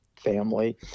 family